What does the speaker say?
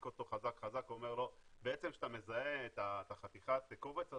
אותו חזק חזק ואומר 'בעצם כשאתה מזהה את חתיכת הקובץ הזאת,